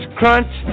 crunch